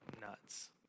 nuts